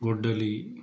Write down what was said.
గొడ్డలి